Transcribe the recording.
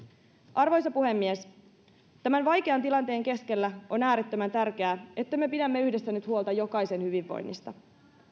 arvoisa puhemies tämän vaikean tilanteen keskellä on äärettömän tärkeää että me pidämme yhdessä nyt huolta jokaisen hyvinvoinnista